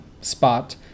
spot